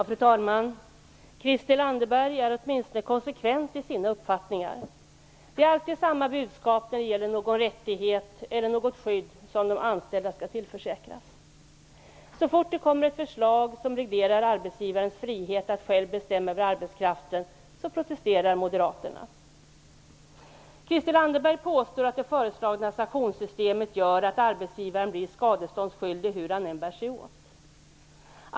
Fru talman! Christel Anderberg är åtminstone konsekvent i sina uppfattningar. Det är alltid samma budskap när det gäller någon rättighet eller något skydd som de anställda skall tillförsäkras. Så fort det kommer ett förslag som reglerar arbetsgivarens frihet att själv bestämma över arbetskraften protesterar Christel Anderberg påstår att det föreslagna sanktionssystemet gör att arbetsgivaren blir skadeståndsskyldig hur han än bär sig åt.